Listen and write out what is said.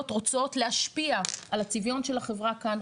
רוצות להשפיע על הצביון של החברה כאן,